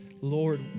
Lord